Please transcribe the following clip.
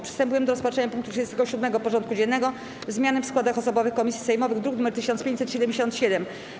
Przystępujemy do rozpatrzenia punktu 37. porządku dziennego: Zmiany w składach osobowych komisji sejmowych (druk nr 1577)